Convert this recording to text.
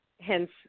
hence